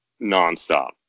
nonstop